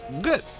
Good